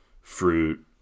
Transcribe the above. fruit